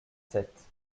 sept